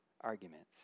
arguments